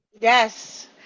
yes